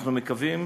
אנחנו מקווים